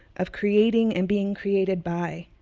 of creating and being created by,